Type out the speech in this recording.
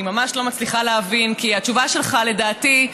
אני ממש לא מצליחה להבין, כי התשובה שלך, לדעתי,